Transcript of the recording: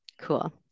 cool